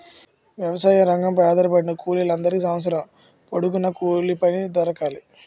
వ్యవసాయ రంగంపై ఆధారపడిన కూలీల అందరికీ సంవత్సరం పొడుగున కూలిపని దొరకాలి